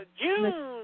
June